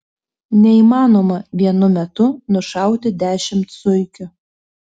neįmanoma vienu metu nušauti dešimt zuikių